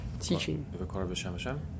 teaching